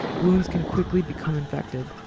wounds can quickly become infected.